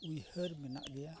ᱩᱭᱦᱟᱹᱨ ᱢᱮᱱᱟᱜ ᱜᱮᱭᱟ